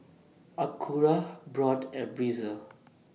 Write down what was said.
Acura Braun and Breezer